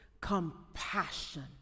compassion